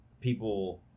people